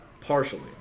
Partially